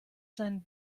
seinen